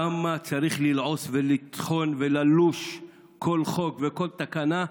כמה צריך ללעוס ולטחון וללוש כל חוק וכל תקנה.